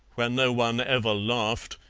where no one ever laughed,